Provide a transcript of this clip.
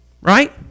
right